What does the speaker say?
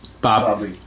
Bob